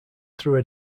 through